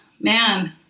man